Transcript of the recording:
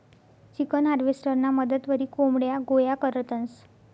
chicken हार्वेस्टरना मदतवरी कोंबड्या गोया करतंस